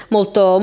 Molto